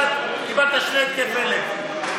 קיבלת שני התקפי לב.